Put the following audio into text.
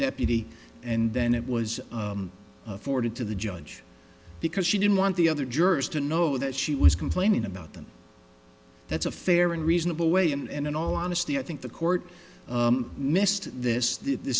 deputy and then it was afforded to the judge because she didn't want the other jurors to know that she was complaining about them that's a fair and reasonable way and in all honesty i think the court missed this th